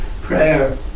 prayer